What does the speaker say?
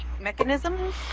mechanisms